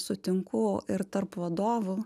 sutinku ir tarp vadovų